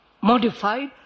Modified